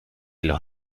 los